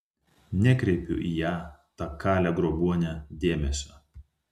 nekreipiu į ją tą kalę grobuonę dėmesio